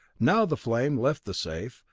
now the flame left the safe,